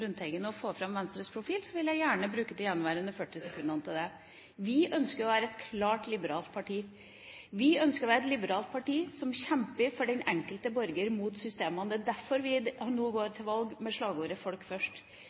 Lundteigen å få fram Venstres profil, vil jeg gjerne bruke de gjenværende 40 sekundene til det. Vi ønsker å være et klart liberalt parti. Vi ønsker å være et liberalt parti som kjemper for den enkelte borger, mot systemene. Det er derfor vi nå går til valg med slagordet «Folk først!».